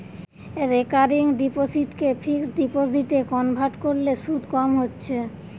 recurring ডিপোসিটকে fixed ডিপোজিটে convert কোরলে শুধ কম হচ্ছে